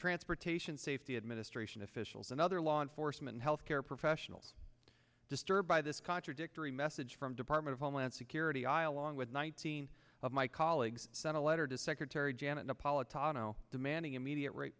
transportation safety administration officials and other law enforcement healthcare professionals disturbed by this contradictory message from department of homeland security i along with one thousand of my colleagues sent a letter to secretary janet napolitano demanding immediate rate